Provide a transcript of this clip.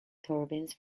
turbines